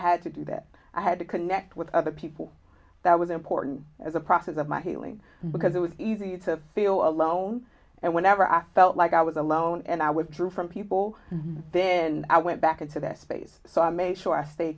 had to do that i had to connect with other people that was important as a process of my healing because it was easy to feel alone and whenever i felt like i was alone and i withdrew from people then i went back into that space so i made sure i stay